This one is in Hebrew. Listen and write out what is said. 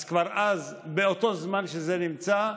באותו זמן שזה נמצא,